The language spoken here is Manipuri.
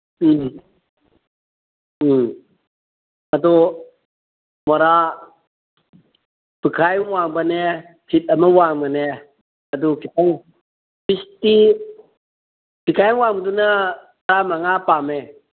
ꯎꯝ ꯎꯝ ꯑꯗꯣ ꯃꯣꯔꯥ ꯐꯨꯠꯈꯥꯏ ꯋꯥꯡꯕꯅꯦ ꯐꯤꯠ ꯑꯃ ꯋꯥꯡꯕꯅꯦ ꯑꯗꯨ ꯈꯤꯇꯪ ꯄꯤꯁꯇꯤ ꯐꯤꯠꯈꯥꯏ ꯋꯥꯡꯕꯗꯨꯅ ꯇꯔꯥꯃꯉꯥ ꯄꯥꯝꯃꯦ